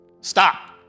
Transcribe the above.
stop